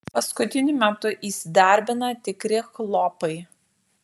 paskutiniu metu įsidarbina tikri chlopai